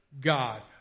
God